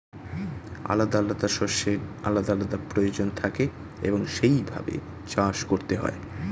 আলাদা আলাদা শস্যের আলাদা আলাদা প্রয়োজন থাকে এবং সেই ভাবে চাষ করতে হয়